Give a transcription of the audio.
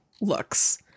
looks